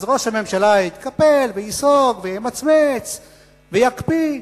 אז ראש הממשלה יתקפל וייסוג וימצמץ ויקפיא.